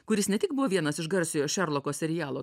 kuris ne tik buvo vienas iš garsiojo šerloko serialo